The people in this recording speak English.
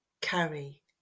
carry